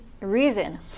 reason